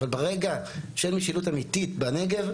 אבל ברגע שאין משילות אמיתית בנגב,